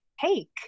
take